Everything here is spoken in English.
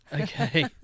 Okay